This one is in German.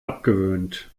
abgewöhnt